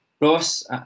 Ross